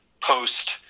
post